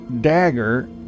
dagger